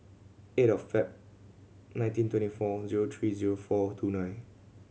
eight of Feb nineteen twenty four zero three zero four two nine